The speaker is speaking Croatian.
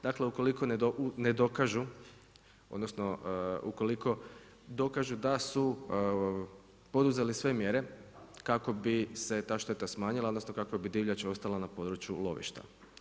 Dakle ukoliko ne dokažu, odnosno ukoliko dokažu da su poduzeli sve mjere kako bi se ta šteta smanjila, odnosno kako bi divljač ostala na području lovišta.